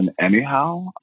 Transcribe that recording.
anyhow